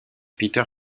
peter